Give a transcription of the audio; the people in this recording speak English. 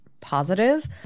positive